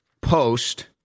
post